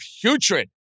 putrid